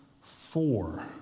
four